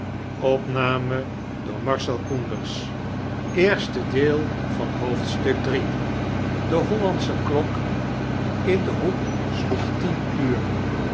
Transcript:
die hollandsche klok in den hoek sloeg tien uur